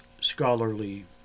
scholarly